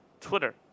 Twitter